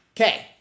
Okay